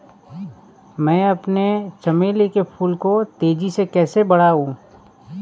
मैं अपने चमेली के फूल को तेजी से कैसे बढाऊं?